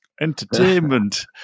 entertainment